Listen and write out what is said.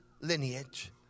lineage